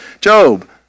Job